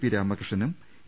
P രാമകൃഷ്ണനും A